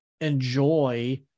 enjoy